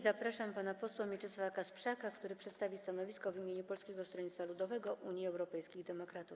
Zapraszam pana posła Mieczysława Kasprzaka, który przedstawi stanowisko w imieniu Polskiego Stronnictwa Ludowego - Unii Europejskich Demokratów.